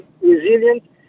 resilient